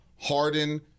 Harden